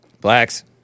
blacks